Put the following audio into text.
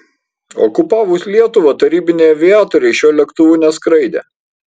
okupavus lietuvą tarybiniai aviatoriai šiuo lėktuvu neskraidė